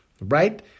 right